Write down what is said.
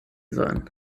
sein